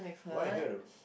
why her though